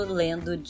lendo